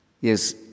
Yes